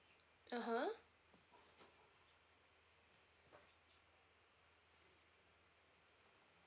(uh huh)